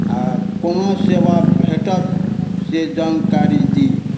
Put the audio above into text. आओर कोना सेवा भेटत से जानकारी दी